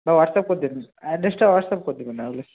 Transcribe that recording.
বা হোয়াটসঅ্যাপ করে দিন অ্যাড্রেসটা হোয়াটসঅ্যাপ কর দেবেন নাহলে